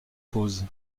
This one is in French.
pause